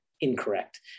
incorrect